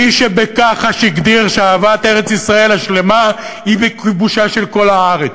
מי שבכחש הגדיר שאהבת ארץ-ישראל השלמה היא בכיבושה של כל הארץ.